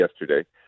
yesterday